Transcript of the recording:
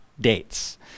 dates